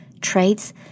traits